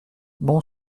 bon